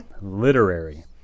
Literary